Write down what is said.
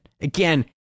Again